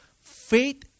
Faith